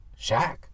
Shaq